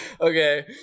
Okay